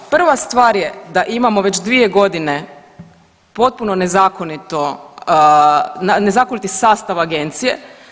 Prva stvar je da imamo već 2.g. potpuno nezakonito, nezakoniti sastav agencije.